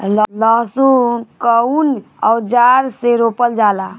लहसुन कउन औजार से रोपल जाला?